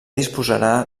disposarà